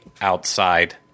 outside